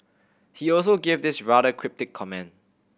he also gave this rather cryptic comment